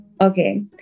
okay